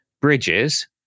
bridges